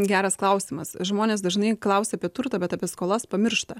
geras klausimas žmonės dažnai klausia apie turtą bet apie skolas pamiršta